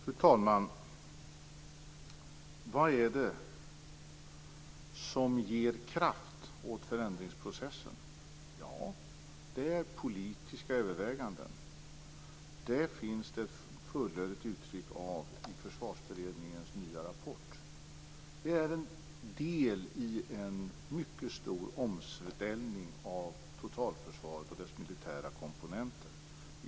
Fru talman! Vad är det som ger kraft åt förändringsprocessen? Det är politiska överväganden. Det kommer fullödigt till uttryck i Försvarsberedningens nya rapport. Det är en del i en mycket stor omställning av totalförsvaret och dess militära komponenter.